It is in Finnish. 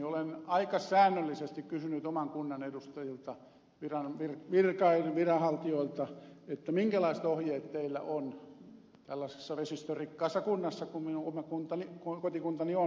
olen aika säännöllisesti kysynyt oman kuntani edustajilta viranhaltijoilta minkälaiset ohjeet heillä on tällaisessa vesistörikkaassa kunnassa kuin minun oma kotikuntani on